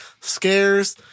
scares